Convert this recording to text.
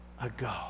ago